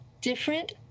different